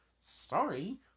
Sorry